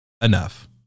enough